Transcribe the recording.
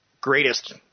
greatest